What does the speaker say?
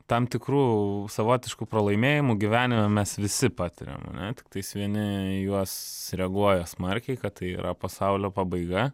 tam tikrų savotiškų pralaimėjimų gyvenime mes visi patiriam ane tiktais vieni į juos reaguoja smarkiai kad tai yra pasaulio pabaiga